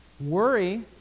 Worry